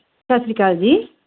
ਸਤਿ ਸ਼੍ਰੀ ਅਕਾਲ ਜੀ